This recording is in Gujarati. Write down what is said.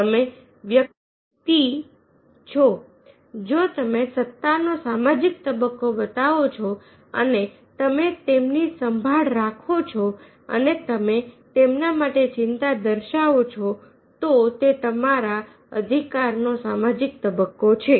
તમે વ્યક્તિ છો જો તમે સત્તાનો સામાજિક તબક્કો બતાવો છો અને તમે તેમની સંભાળ રાખો છો અને તમે તેમના માટે ચિંતા દર્શાવો છો તો તે તમારા અધિકાર નો સામાજિક તબક્કો છે